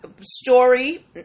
story